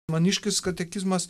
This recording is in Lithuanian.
maniškis katekizmas